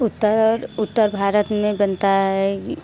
उत्तर उत्तर भारत में बनता है